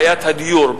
בעיית הדיור,